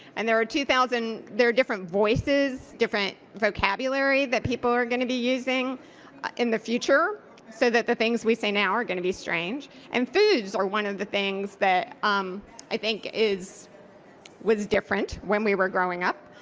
and there are two thousand there are different voices, different vocabulary that people are going to be using in the future so that the things we say now are going to be strange. and are one of the things that um i think is was different when we were growing up.